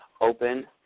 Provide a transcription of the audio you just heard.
Open